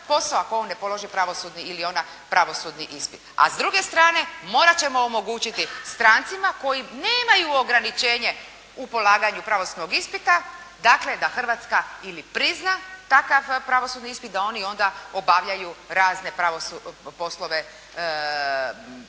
posao ako on ne položi pravosudni ili ona pravosudni ispit. A s druge strane morat ćemo omogućiti strancima koji nemaju ograničenje u polaganju pravosudnog ispita, dakle da Hrvatska ili prizna takav pravosudni ispit, da oni onda obavljaju razne poslove